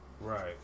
Right